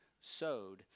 sowed